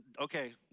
okay